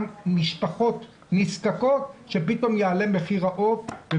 משפחות נזקקות ופתאום יעלה מחיר העוף.